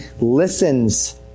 listens